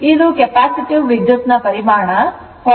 ಇದು ಕೆಪ್ಯಾಸಿಟಿವ್ ವಿದ್ಯುತ್ ನ ಪರಿಮಾಣ 43